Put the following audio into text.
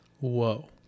Whoa